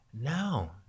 No